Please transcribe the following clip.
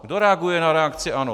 Kdo reaguje na reakci ANO?